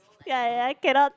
ya ya ya cannot